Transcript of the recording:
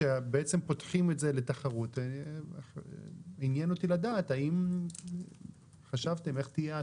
כשבעצם פותחים את זה לתחרות עניין אותי לדעת האם חשבתם איך תהיה ההשפעה.